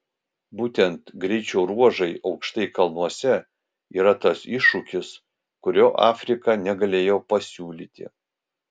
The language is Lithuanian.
būtent greičio ruožai aukštai kalnuose yra tas iššūkis kurio afrika negalėjo pasiūlyti